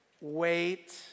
wait